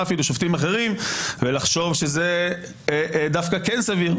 שופטים אחרים ולחשוב שזה דווקא כן סביר.